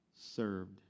served